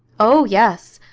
oh, yes.